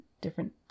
different